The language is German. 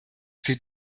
für